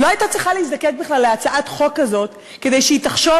לא הייתה צריכה להזדקק להצעת חוק כזאת כדי שהיא תחשוב